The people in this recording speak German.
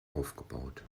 aufgebaut